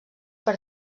per